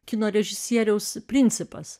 kino režisieriaus principas